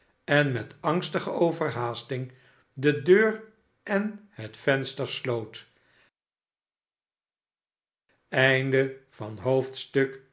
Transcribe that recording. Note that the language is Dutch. en met angstige overhaasting de deur en het venster sloot xl